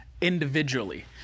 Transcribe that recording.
individually